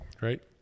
Right